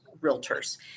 realtors